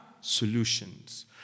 solutions